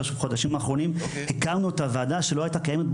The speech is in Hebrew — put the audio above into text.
בחודשים האחרונים הקמנו את הוועדה שלא הייתה קיימת לפני כן,